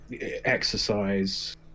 exercise